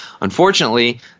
Unfortunately